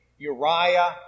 Uriah